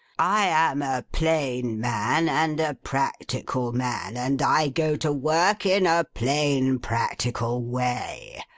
i am a plain man, and a practical man and i go to work in a plain practical way.